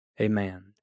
amen